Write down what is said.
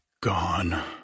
gone